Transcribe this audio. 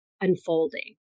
unfolding